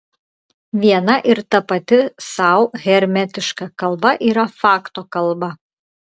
viena ir tapati sau hermetiška kalba yra fakto kalba